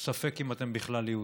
וספק אם אתם בכלל יהודים.